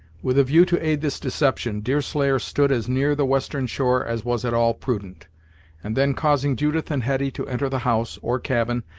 with a view to aid this deception, deerslayer stood as near the western shore as was at all prudent and then causing judith and hetty to enter the house, or cabin,